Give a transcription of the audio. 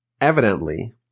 Evidently